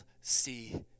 see